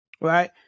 Right